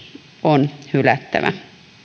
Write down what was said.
on hylättävä